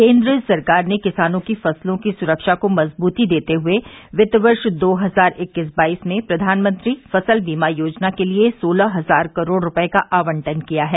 केन्द्र सरकार ने किसानों की फसलों की सुरक्षा को मजबूती देते हुए वित्त वर्ष दो हजार इक्कीस बाईस में प्रधानमंत्री फसल बीमा योजना के लिए सोलह हजार करोड़ रूपये का आवंटन किया है